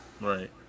Right